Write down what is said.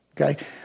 Okay